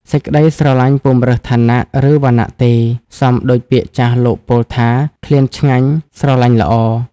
សេចក្ដីស្រលាញ់ពុំរើសឋានៈ ឬ វណ្ណៈទេ សមដូចពាក្យចាស់លោកពោលថា ឃ្លានឆ្ងាញ់ ស្រលាញ់ល្អ ។